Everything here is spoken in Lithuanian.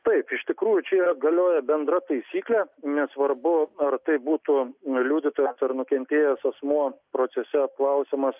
taip iš tikrųjų čia yra galioja bendra taisyklė nesvarbu ar tai būtų liudytojas ar nukentėjęs asmuo procese apklausiamas